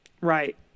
Right